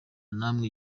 namwe